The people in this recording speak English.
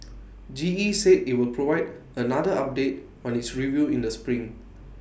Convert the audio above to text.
G E said IT will provide another update on its review in the spring